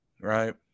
right